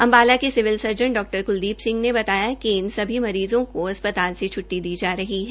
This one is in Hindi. अम्बाला के सिविल सर्जन डॉ क्लदीप सिंह ने बताया कि इन सभी मरीज़ों को अस्पताल से छुट्टी दी जा रही है